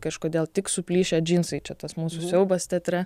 kažkodėl tik suplyšę džinsai čia tas mūsų siaubas teatre